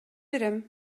берем